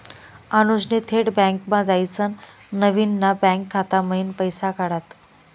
अनुजनी थेट बँकमा जायसीन नवीन ना बँक खाता मयीन पैसा काढात